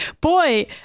boy